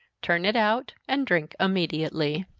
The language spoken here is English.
turn it out, and drink immediately.